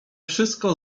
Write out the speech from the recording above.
wszystko